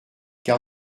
car